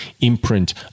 imprint